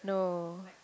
no